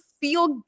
feel